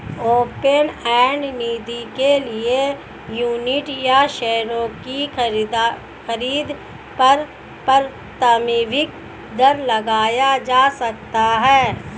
open end निधि के लिए यूनिट या शेयरों की खरीद पर प्रारम्भिक दर लगाया जा सकता है